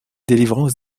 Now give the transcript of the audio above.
delivrance